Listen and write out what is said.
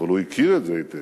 אבל הוא הכיר את זה היטב